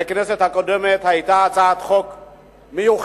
בכנסת הקודמת היתה הצעת חוק מיוחדת,